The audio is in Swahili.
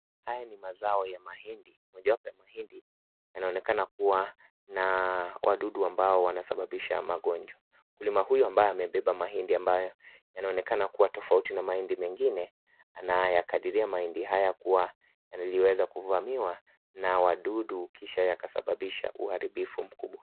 Haya ni mazao ya mahindi, mojawapo ya mahindi yanaonekana kuwa na wadudu ambao wanasababisha magonjwa. Mkulima huyu ambayo amepepa mahindi ambayo yanaonekana kuwa tofauti na mahindi mengine anayakathiria mahindi haya kuwa yaliweza kuvamiwa na wadudu kisha wanasababisha uharibifu mkubwa.